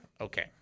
okay